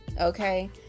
Okay